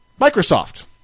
Microsoft